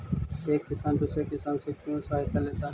एक किसान दूसरे किसान से क्यों सहायता लेता है?